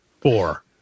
four